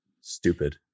stupid